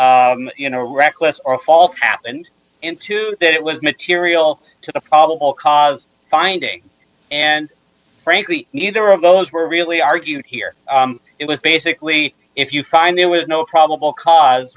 know reckless or false happened in two that it was material to the probable cause finding and frankly neither of those were really argued here it was basically if you find there was no probable cause